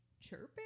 chirping